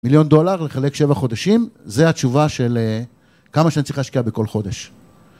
מיליון דולר לחלק שבע חודשים, זה התשובה של כמה שאני צריך להשקיע בכל חודש.